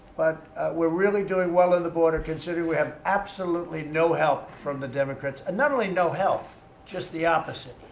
but we're really doing well on the border, considering we have absolutely no help from the democrats. and not only no help it's just the opposite.